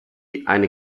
eine